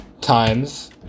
Times